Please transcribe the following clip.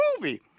movie